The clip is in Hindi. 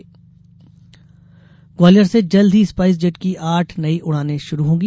नई उड़ानें ग्वालियर से जल्द ही स्पाइस जेट की आठ नई उड़ानें शुरू होंगी